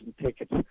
tickets